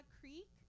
Creek